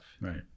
Right